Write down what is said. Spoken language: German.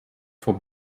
vor